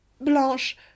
Blanche